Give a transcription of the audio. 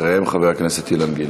אחריהם, חבר הכנסת אילן גילאון.